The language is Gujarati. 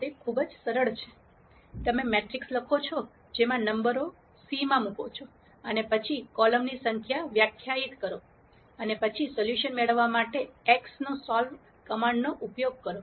તે ખૂબ જ સરળ છે તમે મેટ્રિક્સ લખો જેમાં નંબરો c માં મુકો અને પછી કોલમની સંખ્યા વ્યાખ્યાયિત કરો અને પછી સોલ્યુશન મેળવવા માટે x નો સોલ કમાન્ડનો ઉપયોગ કરો